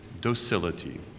docility